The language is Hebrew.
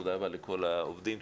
תודה רבה לכל העובדים,